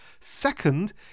Second